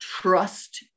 Trust